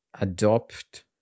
adopt